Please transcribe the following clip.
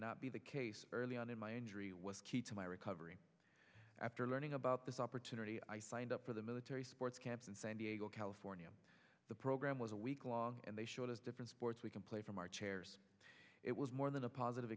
not be the case early on in my injury was key to my recovery after learning about this opportunity i signed up for the military sports camp in san diego california the program was a week long and they showed us different sports we can play from our chairs it was more than a positive